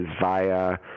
via